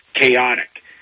chaotic